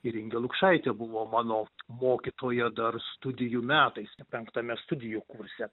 ir ingė lukšaitė buvo mano mokytoja dar studijų metais penktame studijų kurse